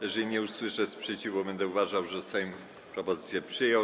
Jeżeli nie usłyszę sprzeciwu, będę uważał, że Sejm propozycję przyjął.